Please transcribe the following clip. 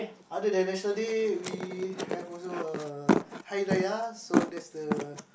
other than National Day we have also uh Hari-Raya so that's the